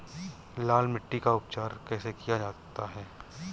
लाल मिट्टी का उपचार कैसे किया जाता है?